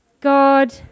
God